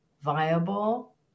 viable